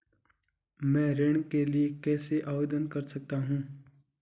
मैं ऋण के लिए कैसे आवेदन कर सकता हूं?